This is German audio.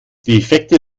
defekte